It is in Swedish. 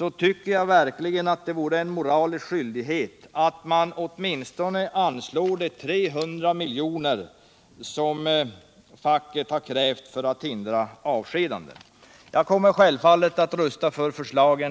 är det en moralisk skyldighet att man åtminstone anslår de 300 miljoner som facket har krävt för att hindra avskedanden. Jag kommer självfallet att rösta för det förslaget.